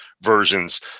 versions